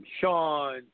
Sean